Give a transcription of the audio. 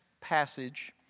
passage